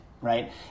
right